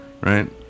right